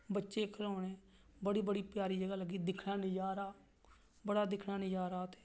बच्चे खिलौने बड़ी बड़ी प्यारी जगह लग्गी दिक्खने दा नज़ारा बड़ा दिक्खने दा नज़ारा उत्थें